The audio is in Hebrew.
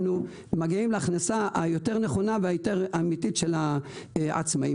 מגיעים להכנסה היותר נכונה ויותר אמיתית של העצמאים.